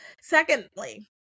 secondly